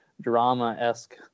drama-esque